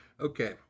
Okay